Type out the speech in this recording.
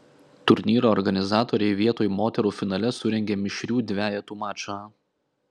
turnyro organizatoriai vietoj moterų finale surengė mišrių dvejetų mačą